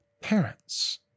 parents